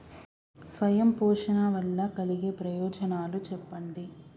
స్వయం పోషణ వల్ల కలిగే ప్రయోజనాలు చెప్పండి?